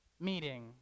meeting